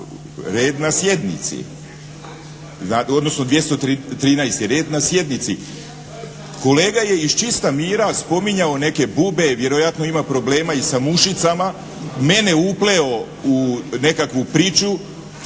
red na sjednici, odnosno 213. red na sjednici. Kolega je iz čista mira spominjao neke bube, vjerojatno ima problema i sa mušicama, mene upleo u nekakvu priču